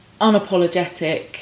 unapologetic